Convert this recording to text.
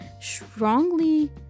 strongly